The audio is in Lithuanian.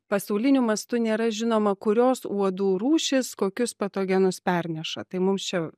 pasauliniu mastu nėra žinoma kurios uodų rūšys kokius patogenus perneša tai mums čia